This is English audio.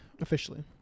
officially